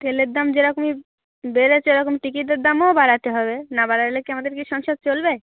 তেলের দাম যেরকমই বেড়েছে ওরকম টিকিটের দামও বাড়াতে হবে না বাড়ালে কি আমাদের কি সংসার চলবে